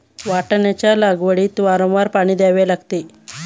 वाटाण्याच्या लागवडीत वारंवार पाणी द्यावे लागते